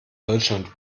deutschland